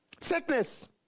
Sickness